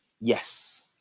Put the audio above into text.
Yes